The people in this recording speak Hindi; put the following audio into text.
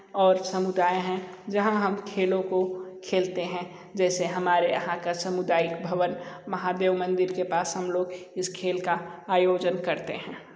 और समुदाय हैं जहाँ हम खेलों को खेलते हैं जैसे हमारे यहाँ का सामुदायिक भवन महादेव मंदिर के पास हम लोग इस खेल का आयोजन करते हैं